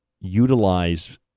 utilize